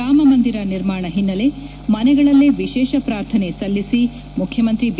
ರಾಮ ಮಂದಿರ ನಿರ್ಮಾಣ ಹಿನ್ನೆಲೆ ಮನೆಗಳಲ್ಲೇ ವಿಶೇಷ ಪ್ರಾರ್ಥನೆ ಸಲ್ಲಿಸಿ ಮುಖ್ಯಮಂತ್ರಿ ಬಿ